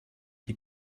die